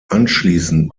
anschließend